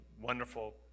wonderful